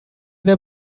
wer